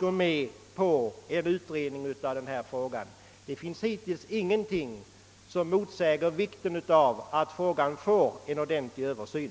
går med på en utredning. Hittills har ingenting framförts som talar för att frågan inte bör få en ordentlig översyn.